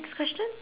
next question